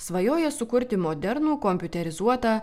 svajoja sukurti modernų kompiuterizuotą